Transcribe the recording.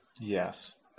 Yes